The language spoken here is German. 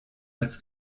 als